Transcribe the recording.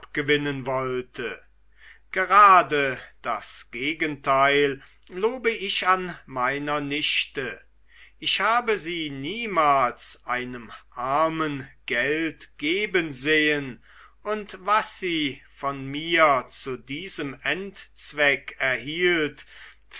abgewinnen wollte gerade das gegenteil lobte ich an meiner nichte ich habe sie niemals einem armen geld geben sehen und was sie von mir zu diesem endzweck erhielt